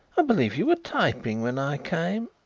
i believe you were typing when i came.